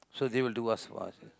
so they will do up for us already